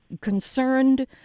concerned